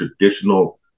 traditional